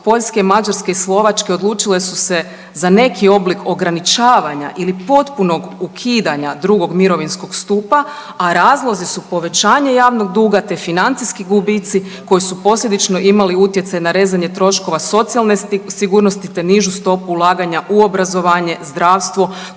Poljske, Mađarske i Slovačke odlučile su se za neki oblik ograničavanja ili potpunog ukidanja drugo mirovinskog stupa, a razlozi su povećanje javnog duga te financijski gubici koji su posljedično imali utjecaj na rezanje troškova socijalne sigurnosti te nižu stopu ulaganja u obrazovanje, zdravstvo,